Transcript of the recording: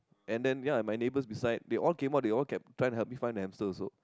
and then ya my neighbour beside they all came out they all tried to help me find my hamster also